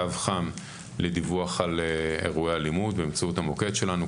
קו חם לדיווח על אירועי אלימות באמצעות המוקד שלנו,